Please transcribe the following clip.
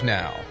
now